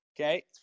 Okay